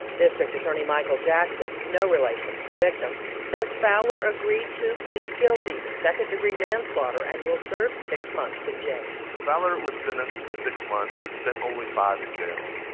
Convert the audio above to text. district attorney michael jackson, no relation to the victim, says fowler agreed to plead guilty to second-degree manslaughter and will serve six months in jail fowler was sentenced to six months but spent only five in jail.